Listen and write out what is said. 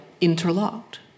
interlocked